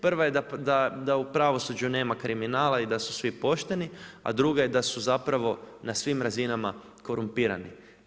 Prva je da u pravosuđu nema kriminala i da su svi pošteni, a druga je da su zapravo na svim razinama korumpirani.